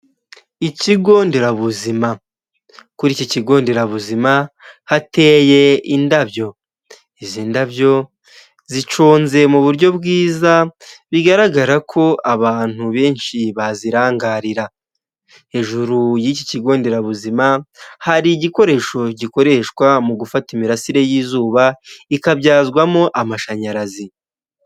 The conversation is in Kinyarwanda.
Ikigonderabuzima, kuri iki kigonderabuzima hateye indabyo, izi ndabyo ziconze mu buryo bwiza bigaragara ko abantu benshi bazirangarira, hejuru y'iki kigonderabuzima hari igikoresho gikoreshwa mu gufata imirasire y'izuba ikabyazwamo amashanyarazi.